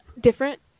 different